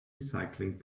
recycling